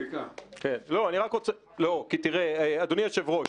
צביקה --- אדוני היושב-ראש,